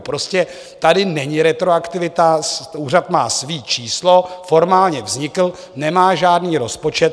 Prostě tady není retroaktivita, úřad má své číslo, formálně vznikl, nemá žádný rozpočet.